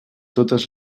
totes